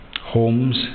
homes